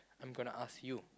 I'm gonna ask you